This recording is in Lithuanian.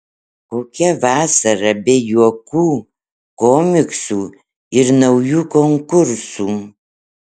kokia vasara be juokų komiksų ir naujų konkursų